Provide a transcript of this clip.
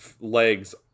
legs